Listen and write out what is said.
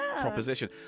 proposition